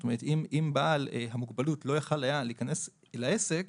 זאת אומרת, אם בעל המוגבלות לא יכול להיכנס לעסק